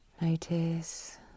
Notice